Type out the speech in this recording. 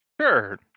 Sure